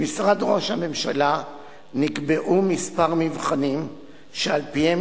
במשרד ראש הממשלה נקבעו כמה מבחנים שעל-פיהם